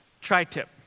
tri-tip